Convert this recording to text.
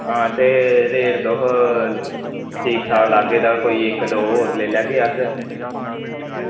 आं ते रेट तोह् ठीक ठाक लागे तां कोई इक दो होर लेई लैगे अस